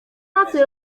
nocy